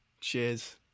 Cheers